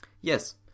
Yes